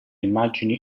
immagini